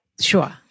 Sure